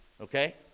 okay